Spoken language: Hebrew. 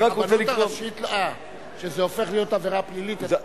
הרבנות הראשית, כשזה הופך להיות עבירה פלילית?